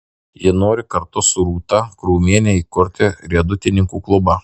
ji nori kartu su rūta krūmiene įkurti riedutininkų klubą